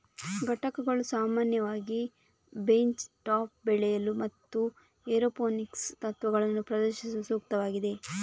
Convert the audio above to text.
ಘಟಕಗಳು ಸಾಮಾನ್ಯವಾಗಿ bench top ಬೆಳೆಯಲು ಮತ್ತು ಏರೋಪೋನಿಕ್ಸ್ ತತ್ವಗಳನ್ನು ಪ್ರದರ್ಶಿಸಲು ಸೂಕ್ತವಾಗಿವೆ